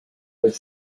but